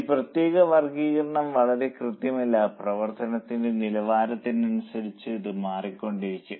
ഈ പ്രത്യേക വർഗ്ഗീകരണം വളരെ കൃത്യമല്ല പ്രവർത്തനത്തിന്റെ നിലവാരത്തിനനുസരിച്ച് ഇത് മാറിക്കൊണ്ടിരിക്കും